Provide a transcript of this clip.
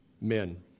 Men